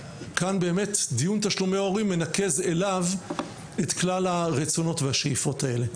דיון תשלומי הורים מנקז אליו את כלל הרצונות והשאיפות האלה.